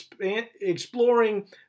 exploring